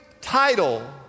title